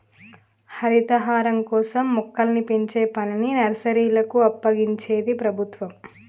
హరితహారం కోసం మొక్కల్ని పెంచే పనిని నర్సరీలకు అప్పగించింది ప్రభుత్వం